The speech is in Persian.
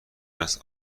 است